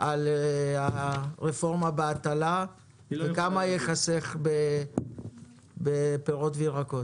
הרפורמה בהטלה וכמה ייחסך בפירות וירקות?